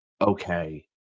okay